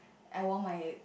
I wore my